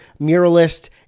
muralist